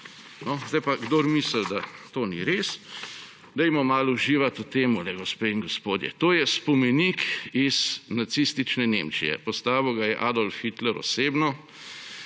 Sedaj pa kdor misli, da to ni res, dajmo malo uživati v tem, gospe in gospodje. To je spomenik iz nacistične Nemčije, postavil ga je Adolf Hitler osebno.